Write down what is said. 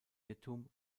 irrtum